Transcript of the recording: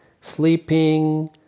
sleeping